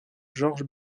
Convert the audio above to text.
george